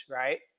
right